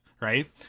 Right